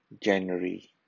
January